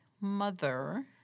mother